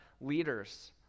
leaders